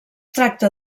tracta